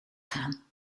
gaan